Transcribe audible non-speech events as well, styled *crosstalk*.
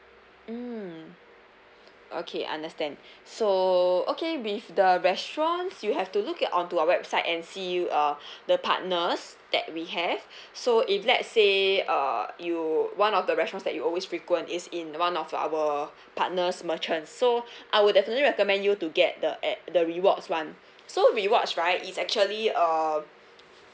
mm okay understand *breath* so okay with the restaurants you have to look at on to our website and see uh *breath* the partners that we have *breath* so if let's say uh you one of the restaurants that you always frequent is in one of our partners merchants so *breath* I would definitely recommend you to get the at the rewards [one] so we watch right it's actually uh